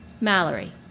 Mallory